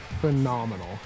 phenomenal